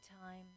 time